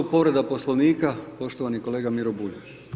Povreda poslovnika, poštovani kolega Miro Bulj.